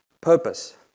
purpose